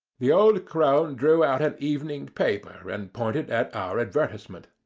the old crone and drew out an evening paper, and pointed at our advertisement.